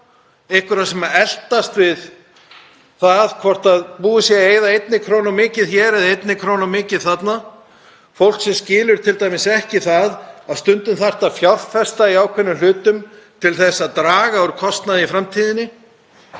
einhverja sem eltast við það hvort búið sé að eyða 1 kr. of mikið hér eða 1 kr. of mikið þar, fólk sem skilur t.d. ekki að stundum þarf að fjárfesta í ákveðnum hlutum til að draga úr kostnaði í framtíðinni.